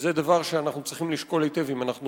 וזה דבר שאנחנו צריכים לשקול היטב אם בכלל מותר לעשות,